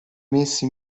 messi